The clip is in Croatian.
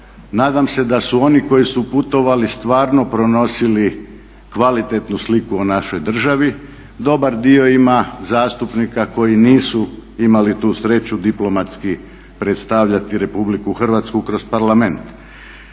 Nadam se da su oni koji su putovali stvarno pronosili kvalitetnu sliku o našoj državi. Dobar dio ima zastupnika koji nisu imali tu sreću diplomatski predstavljati Republiku Hrvatsku kroz Parlament.